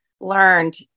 learned